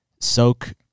soak